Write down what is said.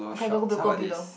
okay go go below